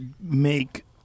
make